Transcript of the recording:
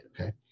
okay